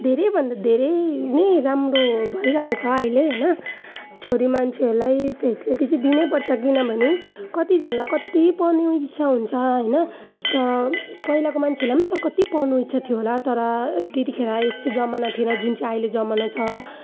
धेरै भन्दा धेरै नै राम्रो हो भइरहेको छ अहिले होइन छोरीमान्छेहरूलाई फेसिलिटी चाहिँ दिनैपर्छ किनभने कतिजनालाई कति पढ्ने इच्छा हुन्छ होइन त पहिलाको मान्छेलाई पनि त कति पढ्नु इच्छा थियो होला तर त्यतिखेर यस्तै जमाना थिएन जुन चाहिँ अहिले जमाना छ